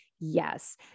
Yes